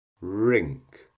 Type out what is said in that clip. rink